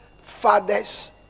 fathers